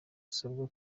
usabwa